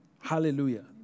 Hallelujah